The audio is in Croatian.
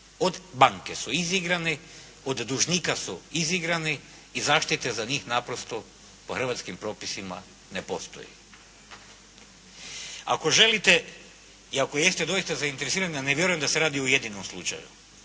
Od banke su izigrani, od dužnika su izigrani i zaštite za njih naprosto po hrvatskim propisima ne postoji. Ako želite i ako jeste doista zainteresirani, a ne vjerujem da se radi o jedinom slučaju,